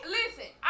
Listen